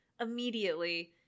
immediately